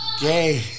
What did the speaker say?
gay